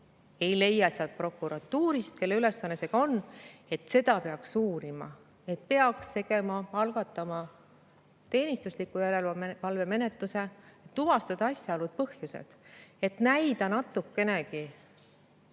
ei leia sealt prokuratuurist, kelle ülesanne on seda uurida, et peaks algatama teenistusliku järelevalve menetluse, tuvastama asjaolud, põhjused, et näida natukenegi